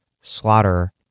slaughter